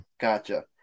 Gotcha